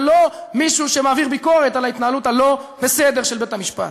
ולא מישהו שמעביר ביקורת על ההתנהלות הלא-בסדר של בית-המשפט.